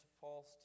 false